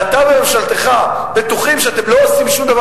ואתה וממשלתך בטוחים שאתם לא עושים שום דבר